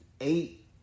Eight